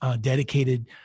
dedicated